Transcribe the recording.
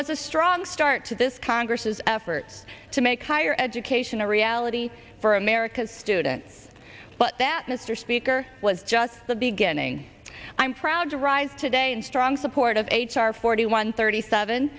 once a strong start to this congress is efforts to make higher education a reality for america's student but that mr speaker was just the beginning i'm proud to rise today in strong support of h r forty one thirty seven